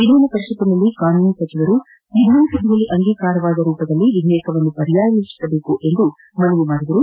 ವಿಧಾನಪರಿಷತ್ನಲ್ಲಿ ಕಾನೂನು ಸಚಿವರು ವಿಧಾನಸಭೆಯಲ್ಲಿ ಅಂಗೀಕಾರವಾದ ರೂಪದಲ್ಲಿ ವಿಧೇಯಕವನ್ನು ಪರ್ಯಾಲೋಚಿಸಬೇಕೆಂದು ಮನವಿ ಮಾಡಿದರು